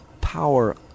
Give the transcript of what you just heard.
power